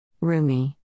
Rumi